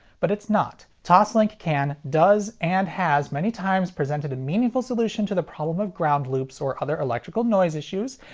but it's not. toslink can, does, and has many times presented a meaningful solution to the problem of ground loops or other electrical noise issues,